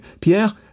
Pierre